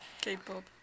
K-pop